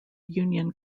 union